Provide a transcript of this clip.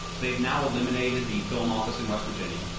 they've now eliminated the film office in west virginia.